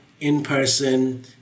in-person